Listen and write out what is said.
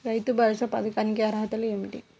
రైతు భరోసా పథకానికి అర్హతలు ఏమిటీ?